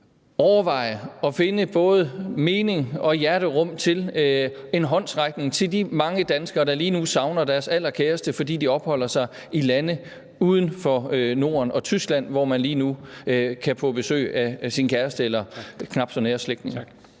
overveje at finde både mening og hjerterum til en håndsrækning til de mange danskere, der lige nu savner deres allerkæreste, fordi de opholder sig i lande uden for Norden og Tyskland, hvorfra man lige nu kan få besøg af sin kæreste eller knap så nære slægtninge.